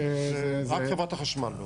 זה רק חברת החשמל.